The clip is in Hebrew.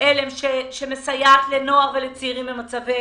על"ם שמסייעת לנוער ולצעירים במצבי